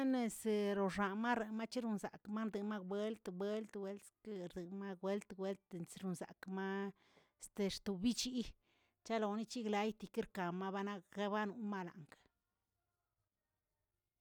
Lense roxamar macheronzakmat buelt buelt welterema buelt buelt entronzakma, este xtobichi chegloni chigleyki kirkamabana' kebanomalang.